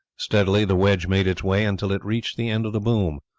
steadily the wedge made its way until it reached the end of the boom.